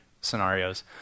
scenarios